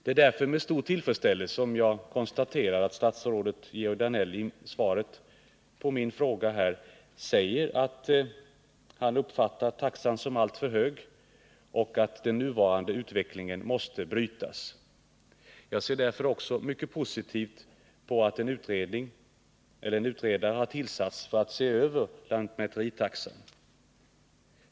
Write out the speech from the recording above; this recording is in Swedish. Det är därför med stor tillfredsställelse jag konstaterar att statsrådet Georg Danell i svaret på min fråga säger att han uppfattar taxan som alltför hög och att den nuvarande utvecklingen måste brytas. Jag ser också mycket positivt på att en utredare har tillkallats för att se över lantmäteritaxan.